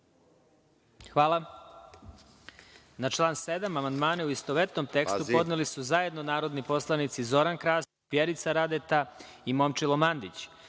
Hvala. Na član 7. amandmane u istovetnom tekstu podneli su zajedno narodni poslanici Zoran Krasić, Vjerica Radeta i Momčilo Mandić,